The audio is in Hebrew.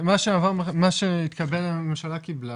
מה שהממשלה קיבלה,